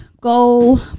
go